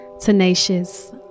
tenacious